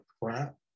crap